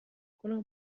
کنم